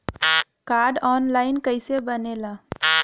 Card online कइसे बनेला?